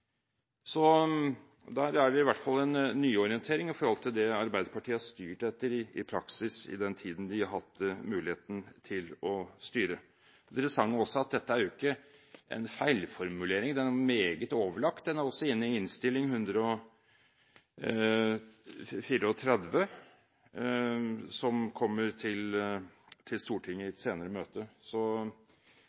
Så der er det i hvert fall en nyorientering i forhold til det Arbeiderpartiet i praksis har styrt etter, i den tiden de har hatt muligheten til å styre. Det interessante er også at dette ikke er en feilformulering. Den er meget overlagt. Den er også inne i Innst. 134 S for 2013–2014, som kommer til Stortinget i et senere møte.